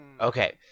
Okay